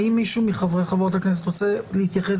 האם מישהו מחברי וחברות הכנסת רוצה להתייחס